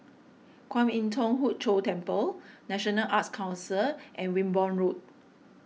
Kwan Im Thong Hood Cho Temple National Arts Council and Wimborne Road